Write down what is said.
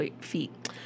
feet